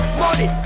money